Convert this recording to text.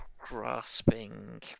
grasping